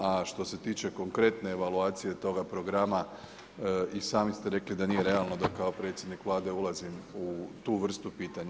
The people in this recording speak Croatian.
A što se tiče konkretne evaluacije toga programa i sami ste rekli da nije realno da kao predsjednik Vlade ulazim u tu vrstu pitanja.